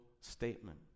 statement